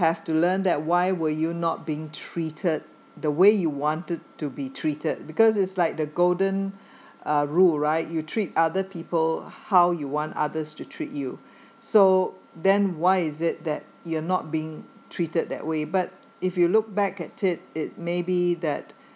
have to learn that why will you not being treated the way you wanted to be treated because is like the golden uh rule right you treat other people how you want others to treat you so then why is it that you are not being treated that way but if you look back at it it maybe that